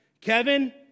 Kevin